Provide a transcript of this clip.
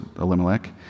Elimelech